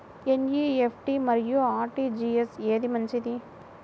NEFT మరియు RTGS ఏది మంచిది?